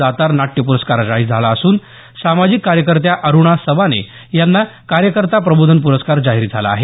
दातार नाट्य पुरस्कार जाहीर झाला असून सामाजिक कार्यकर्त्या अरुणा सबाने यांना कार्यकर्ता प्रबोधन प्रस्कार जाहीर झाला आहे